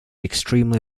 extremely